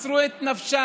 מסרו את נפשם,